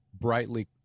brightly